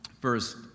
First